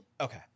Okay